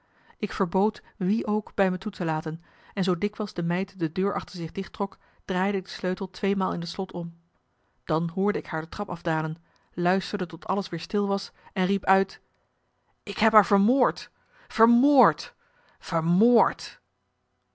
ik verbood wie ook bij me toe te laten en zoo dikwijls de meid de deur achter zich dicht trok draaide ik de sleutel tweemaal in het slot om dan hoorde ik haar de trap afdalen luisterde tot alles weer stil was en riep uit ik heb haar vermoord vermoord vermoord